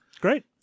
Great